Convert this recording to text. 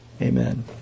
Amen